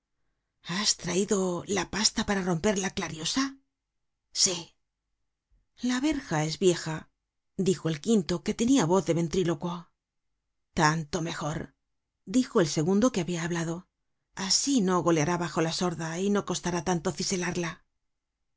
has traido la pasta para romper la clariosa sí lá verja es vieja dijo el quinto que tenia voz de ventrílocuo tanto mejor dijo el segundo que habia hablado asi no goleará bajo la sorda y no costará tanto